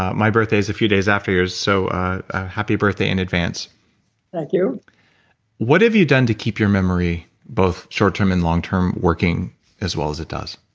my birthday is a few days after yours, so happy birthday in advance thank you what have you done to keep your memory, both short-term and long-term, working as well as it does?